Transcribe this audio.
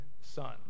son